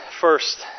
first